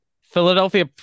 Philadelphia